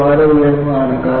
അത് വളരെ ഉയർന്നതാണ്